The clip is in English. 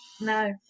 No